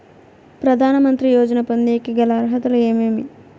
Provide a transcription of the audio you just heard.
ప్రధాన మంత్రి యోజన పొందేకి గల అర్హతలు ఏమేమి?